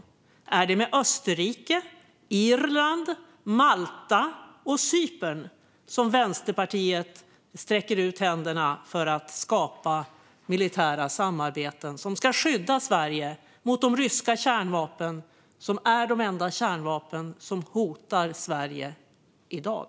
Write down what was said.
Är det till Österrike, Irland, Malta och Cypern som Vänsterpartiet sträcker ut en hand för att skapa militära samarbeten som ska skydda Sverige mot de ryska kärnvapnen, som är de enda kärnvapen som hotar Sverige i dag?